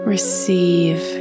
Receive